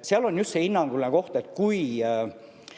Seal on just see hinnanguline koht, et kui